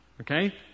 Okay